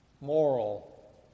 moral